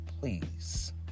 please